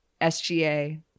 SGA